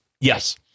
Yes